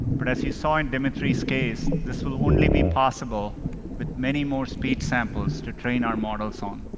but as you saw in dimitri's case, this will only be possible with many more speech samples to train our models on.